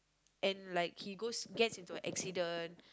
and like he goes gets into an accident